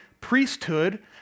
priesthood